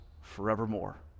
forevermore